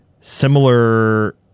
similar